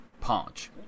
Punch